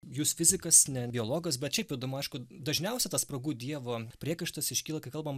jūs fizikas ne geologas bet šiaip įdomu aišku dažniausia tas spragų dievo priekaištas iškyla kai kalbam